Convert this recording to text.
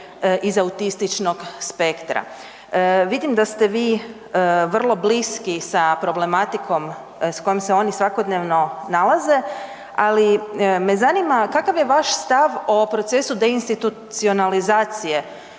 iz autističnog spektra. Vidim da ste vi vrlo bliski s problematikom s kojom se oni svakodnevno nalaze, ali me zanima kakav je vaš stav o procesu deinstitucionalizacije